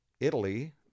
Italy